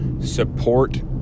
Support